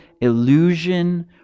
illusion